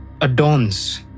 adorns